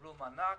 יקבלו מענק,